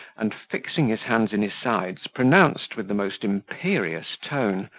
and, fixing his hands in his sides, pronounced, with the most imperious tone,